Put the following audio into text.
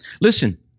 Listen